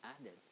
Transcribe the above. added